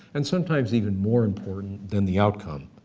and sometimes even more important than the outcome.